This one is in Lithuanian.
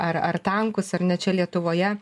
ar ar tankus ar ne čia lietuvoje